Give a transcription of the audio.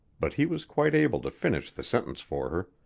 but he was quite able to finish the sentence for